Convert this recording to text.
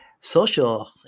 social